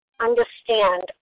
understand